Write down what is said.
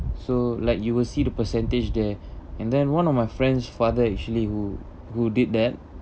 so like you will see the percentage there and then one of my friend's father actually who who did that